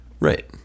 Right